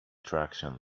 traction